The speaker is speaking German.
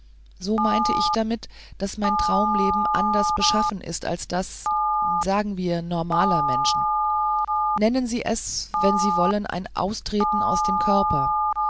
so meinte ich damit daß mein traumleben anders beschaffen ist als das sagen wir normaler menschen nennen sie es wenn sie wollen ein austreten aus dem körper